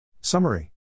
Summary